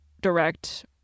direct